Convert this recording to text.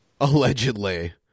Allegedly